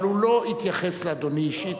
אבל הוא לא התייחס לאדוני אישית.